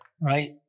right